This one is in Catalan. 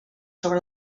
sobre